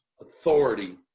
authority